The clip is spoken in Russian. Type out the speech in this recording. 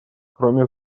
кроме